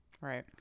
Right